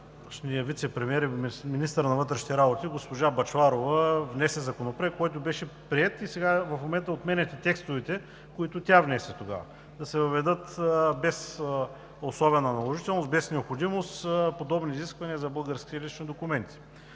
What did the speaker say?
вицепремиерът и министър на вътрешните работи госпожа Бъчварова внесе Законопроект, който беше приет, и сега в момента отменяте текстовете, които тя внесе тогава – да се въведат без особена наложителност, без необходимост подобни изисквания за българските лични документи.